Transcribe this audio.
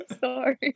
sorry